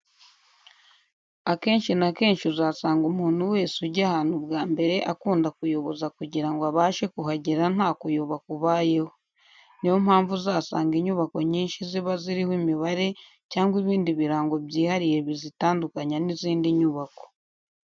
Akenshi na kenshi uzasanga umuntu wese ujya ahantu bwa mbere akunda kuyoboza kugira ngo abashe kuhagera nta kuyoba kubayeho. Ni yo mpamvu uzasanga inyubako nyinshi ziba ziriho imibare cyangwa ibindi birango byihariye bizitandukanya n'izindi nyubako.